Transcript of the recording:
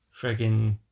friggin